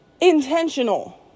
intentional